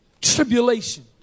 tribulation